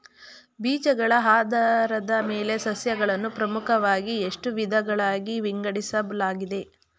ಬೀಜಗಳ ಆಧಾರದ ಮೇಲೆ ಸಸ್ಯಗಳನ್ನು ಪ್ರಮುಖವಾಗಿ ಎಷ್ಟು ವಿಧಗಳಾಗಿ ವಿಂಗಡಿಸಲಾಗಿದೆ?